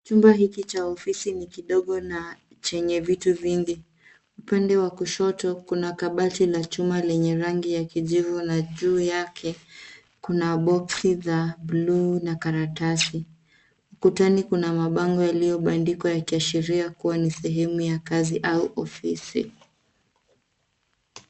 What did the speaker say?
Chumba hiki cha ofisi ni kidogo na chenye vitu vingi. Upande wa kushoto kuna kabati la chuma lenye rangi ya kijivu na juu yake kuna boksi za blue na karatasi. Ukutani kuna mabango yaliyobandikwa yakiashiria kuwa ni sehemu ya kazi au ofisi.